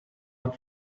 had